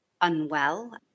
unwell